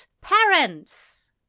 parents